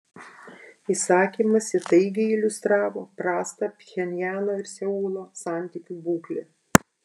įsakymas įtaigiai iliustravo prastą pchenjano ir seulo santykių būklę